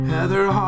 Heather